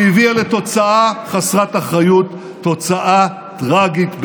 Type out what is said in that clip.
שהביאה לתוצאה חסרת אחריות, תוצאה טרגית באמת.